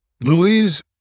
Louise